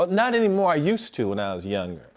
but not anymore. i used to when i was younger.